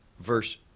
Verse